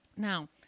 Now